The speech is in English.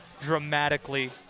dramatically